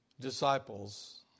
disciples